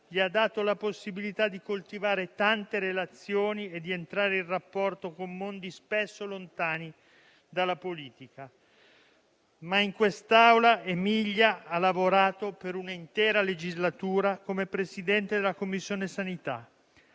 le ha dato la possibilità di coltivare tante relazioni e di entrare in rapporto con mondi spesso lontani dalla politica. In questo ramo del Parlamento Emilia ha lavorato poi per un'intera legislatura come Presidente della Commissione sanità: